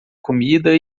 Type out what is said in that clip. comida